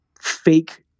fake